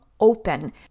open